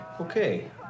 Okay